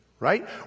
Right